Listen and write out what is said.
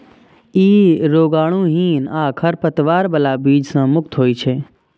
ई रोगाणुहीन आ खरपतवार बला बीज सं मुक्त होइ छै